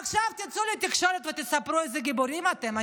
עכשיו תצאו לתקשורת ותספרו איזה גיבורים אתם.